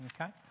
Okay